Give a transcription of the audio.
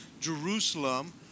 Jerusalem